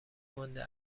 مانده